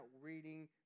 reading